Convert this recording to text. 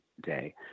day